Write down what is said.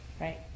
Right